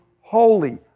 holy